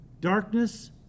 Darkness